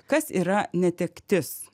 kas yra netektis